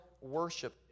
worship